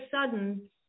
sudden